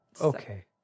Okay